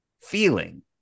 feeling